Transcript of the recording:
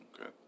Okay